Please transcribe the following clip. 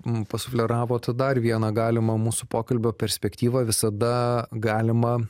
pasufleravot dar vieną galimą mūsų pokalbio perspektyvą visada galima